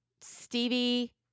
Stevie